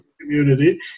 community